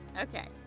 Okay